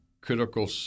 critical